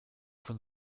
von